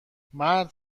مرد